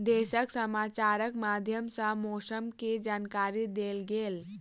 देशक समाचारक माध्यम सॅ मौसम के जानकारी देल गेल